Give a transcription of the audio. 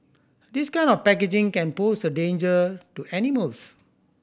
this kind of packaging can pose a danger to animals